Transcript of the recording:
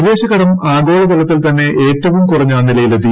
വിദേശകടം ആഗോളതലത്തിൽ തന്നെ ഏറ്റവും കുറഞ്ഞ നിലയിലെത്തി